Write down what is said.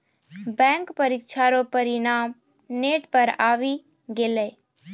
bank परीक्षा रो परिणाम नेट पर आवी गेलै